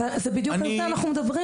אבל בדיוק על זה אנחנו מדברים.